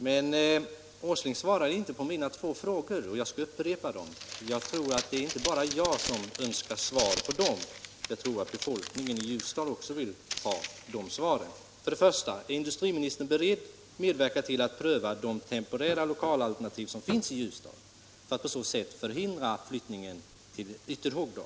Herr Åsling svarar emellertid inte på mina två frågor, och jag skall därför upprepa dem; jag tror att inte bara jag utan också befolkningen i Ljusdal önskar svar på dem. För det första: Är industriministern beredd att medverka till att pröva de temporära lokalalternativ som finns i Ljusdal för att på så sätt förhindra flyttningen till Ytterhogdal?